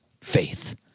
Faith